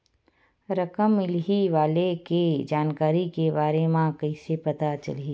रकम मिलही वाले के जानकारी के बारे मा कइसे पता चलही?